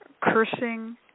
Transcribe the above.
cursing